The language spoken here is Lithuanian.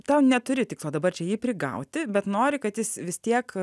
tau neturi tikslo dabar čia jį prigauti bet nori kad jis vis tiek